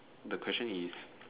the question is